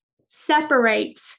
separate